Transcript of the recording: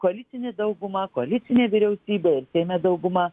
kolicinė daugumą koalicinė vyriausybė ir seime dauguma